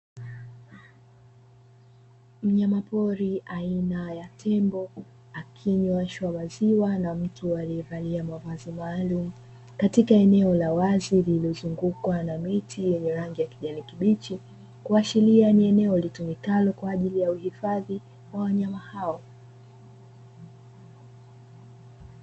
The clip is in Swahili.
Mnyama pori aina tembo akinyweshwa maziwa na mtu aliye valia mavazi maalumu, katika eneo la wazi lililozungukwa na miti yenye rangi ya kijani kibichi, kuashiria ni eneo litumikalo kwaajili ya uhifadhi wa wanyama hao.